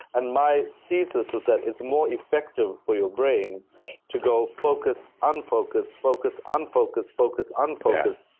and my thesis is that it's more effective for your brain to go focus, unfocus, focus, unfocus, focus unfocus,